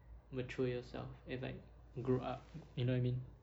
mature yourself and like grow up you know I mean